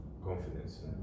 Confidence